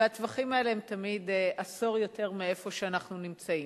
והטווחים האלה הם תמיד עשור יותר מאיפה שאנחנו נמצאים.